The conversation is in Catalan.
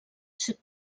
ser